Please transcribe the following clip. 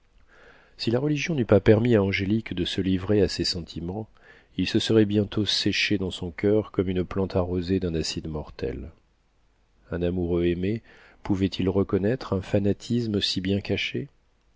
si la religion n'eût pas permis à angélique de se livrer à ses sentiments ils se seraient bientôt séchés dans son coeur comme une plante arrosée d'un acide mortel un amoureux aimé pouvait-il reconnaître un fanatisme si bien caché